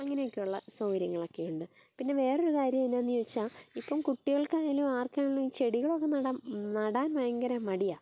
അങ്ങനെയൊക്കെ ഉള്ള സൗകര്യങ്ങളൊക്കെ ഉണ്ട് പിന്നെ വേറൊരു കാര്യം എന്താന്ന് ചോദിച്ചാൽ ഇപ്പം കുട്ടികൾക്കായാലും ആർക്കാണെങ്കിലും ചെടികളൊക്കെ നടാൻ നടാൻ ഭയങ്കര മടിയാണ്